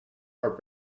are